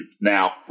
Now